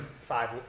five